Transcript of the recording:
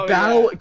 Battle